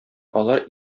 алар